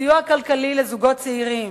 סיוע כלכלי לזוגות צעירים,